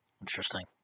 Interesting